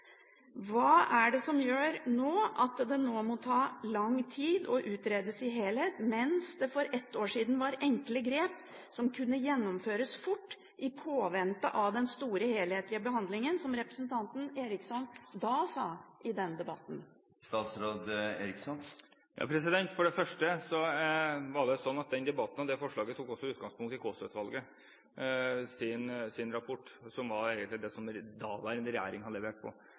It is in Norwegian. Hva er det som gjør at det nå må ta lang tid og utredes i sin helhet, mens det for ett år siden var enkle grep som kunne gjennomføres fort i påvente av den store helhetlige behandlingen, som representanten Eriksson da sa i den debatten? For det første tok den debatten og det forslaget også utgangspunkt i Kaasa-utvalgets rapport, som daværende regjering har levert på. Jeg er